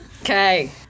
Okay